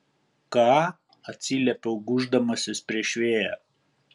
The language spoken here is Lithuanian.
ką atsiliepiau gūždamasis prieš vėją